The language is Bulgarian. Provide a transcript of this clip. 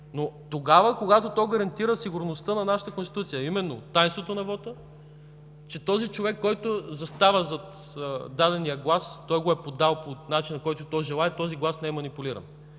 но тогава, когато то гарантира сигурността на нашата Конституция, а именно тайнството на вота, че този човек, който застава зад дадения глас го е подал по начина, който той желае, и гласът не е манипулиран.